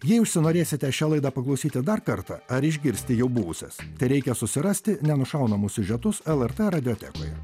jei užsinorėsite šią laidą paklausyti dar kartą ar išgirsti jau buvusias tereikia susirasti neužšaunamus siužetus lrt radiotekoje